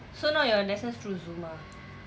so now your lessons through zoom ah